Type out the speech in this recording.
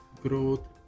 growth